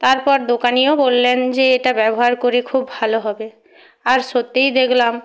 তারপর দোকানিও বললেন যে এটা ব্যবহার করে খুব ভালো হবে আর সত্যিই দেখলাম